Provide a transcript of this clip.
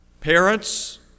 parents